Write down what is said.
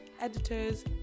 editors